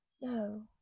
No